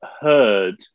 heard